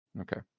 Okay